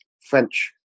French